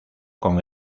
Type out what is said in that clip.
con